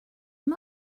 him